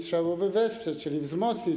trzeba by było wesprzeć, czyli wzmocnić.